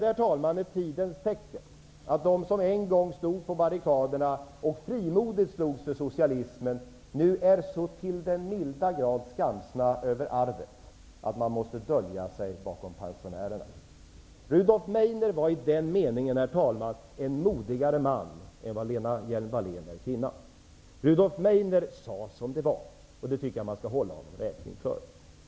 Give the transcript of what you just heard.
Det är ändå ett tidens tecken att de som en gång stod på barrikaderna och frimodigt slogs för socialismen nu är så till den milda grad skamsna över arvet att de måste gömma sig bakom pensionärerna. Rudolf Meidner var i den meningen modigare än Lena Hjelm-Wallén. Rudolf Meidner sade som det var, och det tycker jag att man skall hålla honom räkning för.